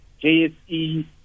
JSE